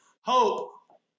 Hope